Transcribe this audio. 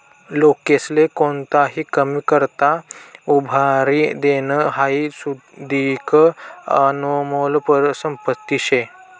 लोकेस्ले कोणताही कामी करता उभारी देनं हाई सुदीक आनमोल संपत्ती शे